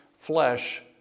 flesh